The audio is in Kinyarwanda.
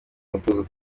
umutuzo